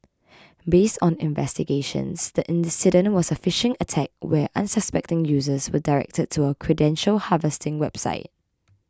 based on investigations the incident was a phishing attack where unsuspecting users were directed to a credential harvesting website